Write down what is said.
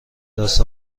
دست